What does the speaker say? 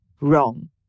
Wrong